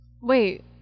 Wait